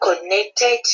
connected